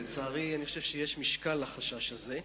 לצערי, אני חושב שיש משקל לחשש הזה.